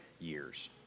years